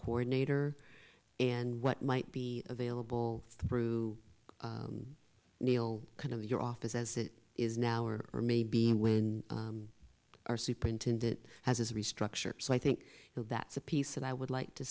coordinator and what might be available through neil kind of your office as it is now or maybe when our superintendent has restructured so i think that's a piece that i would like to